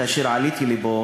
כשעליתי לפה,